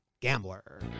gambler